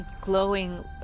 glowing